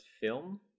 film